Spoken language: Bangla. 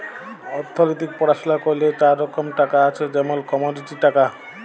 অথ্থলিতিক পড়াশুলা ক্যইরলে চার রকম টাকা আছে যেমল কমডিটি টাকা